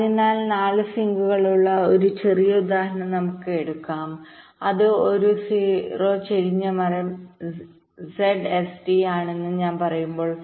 അതിനാൽ 4 സിങ്കുകളുള്ള ഒരു ചെറിയ ഉദാഹരണം നമുക്ക് എടുക്കാം അത് ഒരു 0 ചരിഞ്ഞ മരം ZST ആണെന്ന് ഞാൻ പറയുമ്പോൾ